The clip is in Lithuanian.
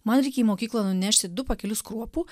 man reik į mokyklą nunešti du pakelius kruopų